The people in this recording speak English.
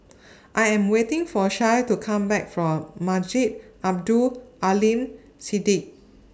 I Am waiting For Shae to Come Back from Masjid Abdul Aleem Siddique